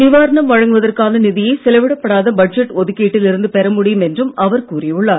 நிவாரணம் வழங்குவதற்கான நிதியை செலவிடப்படாத பட்ஜெட் ஒதுக்கீட்டில் இருந்து பெற முடியும் என்றும் அவர் கூறியுள்ளார்